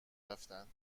رفتند